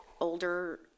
older